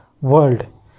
world